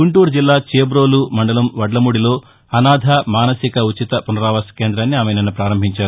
గుంటూరు జిల్లా చేట్రోలు మండలం వడ్లమూడిలో అనాథ మానసిక ఉచిత పునరావాస కేంద్రాన్ని ఆమె నిన్న పారంభించారు